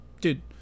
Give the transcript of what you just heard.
Dude